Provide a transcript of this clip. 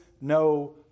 no